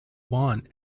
want